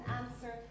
answer